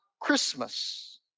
Christmas